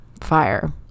Fire